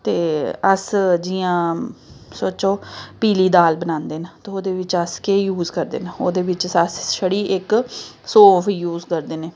ते अस जि'यां सोचो पीली दाल बनांदे न ते ओह्दे बिच्च अस केह् यूज़ करदे न ओह्दे बिच्च अस छड़ी इक्क सौंफ यूज़ करदे न